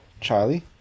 Charlie